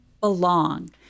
belong